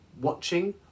watching